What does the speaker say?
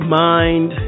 mind